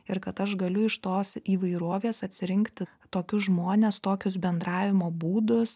ir kad aš galiu iš tos įvairovės atsirinkti tokius žmones tokius bendravimo būdus